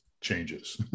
changes